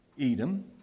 Edom